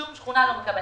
שום שכונה לא מקבלת.